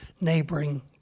neighboring